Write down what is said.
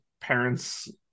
parents